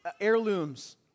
heirlooms